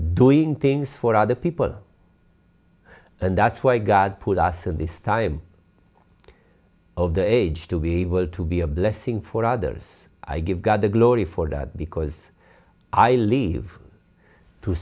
doing things for other people and that's why god put us in this time of the age to be able to be a blessing for others i give god the glory for that because i leave to